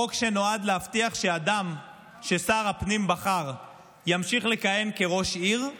חוק שנועד להבטיח שאדם ששר הפנים בחר ימשיך לכהן כראש עיר.